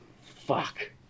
Fuck